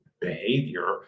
behavior